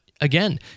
again